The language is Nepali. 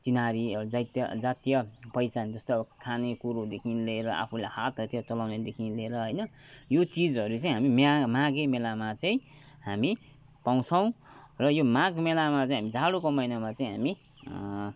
चिन्हारी जातीय जातीय पहिचान जस्तो अब खाने कुरोदेखि लिएर आफूले हात हतियार चलाउनेदेखि लिएर होइन यो चिजहरू चाहिँ हामी म्या माघे मेलामा चाहिँ हामी पाउँछौ र यो माघ मेलामा चाहिँ हामी जाडोको महिनामा चाहिँ हामी